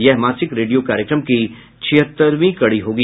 यह मासिक रेडियो कार्यक्रम की छिहत्तरवीं कड़ी होगी